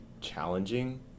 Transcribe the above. challenging